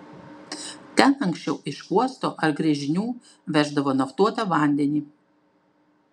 ten anksčiau iš uosto ar gręžinių veždavo naftuotą vandenį